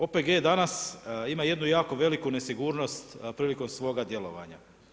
OPG danas ima jednu jako veliku nesigurnost prilikom svoga djelovanja.